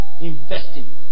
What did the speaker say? investing